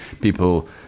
people